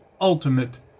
ultimate